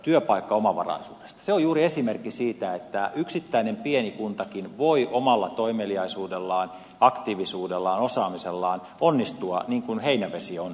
se on juuri esimerkki siitä että yksittäinen pieni kuntakin voi omalla toimeliaisuudellaan aktiivisuudellaan osaamisellaan onnistua niin kuin heinävesi on tehnyt